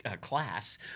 class